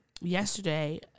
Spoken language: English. yesterday